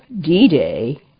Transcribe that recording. D-Day